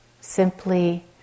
simply